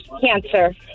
Cancer